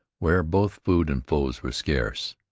where both food and foes were scarce,